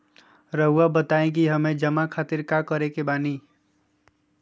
रहुआ बताइं कि हमें जमा खातिर का करे के बानी?